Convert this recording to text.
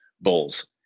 bulls